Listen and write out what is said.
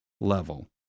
level